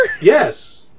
Yes